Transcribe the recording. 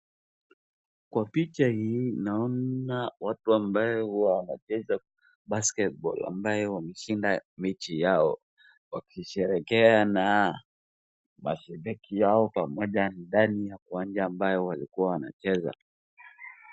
Kwa picha naona watu ambaye wanacheza basketball ambaye wameshinda mechi yao wakisherekea na mashabiki hao pamoja ndani ya uwanja ambayo walikua wanacheza.